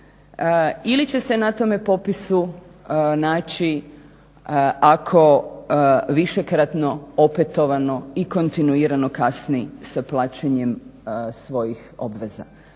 ili će se na tome popisu naći ako višekratno, opetovano i kontinuirano kasni s plaćanjem svojih obveza.